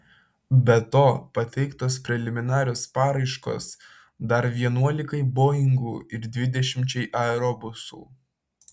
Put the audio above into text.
be to pateiktos preliminarios paraiškos dar vienuolikai boingų ir dvidešimčiai aerobusų